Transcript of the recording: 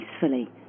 peacefully